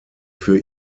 für